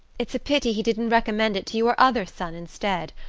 it's a pity he didn't recommend it to your other son instead!